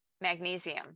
magnesium